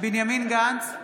בנימין גנץ,